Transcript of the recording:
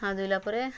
ହାତ୍ ଧୋଇଲା ପରେ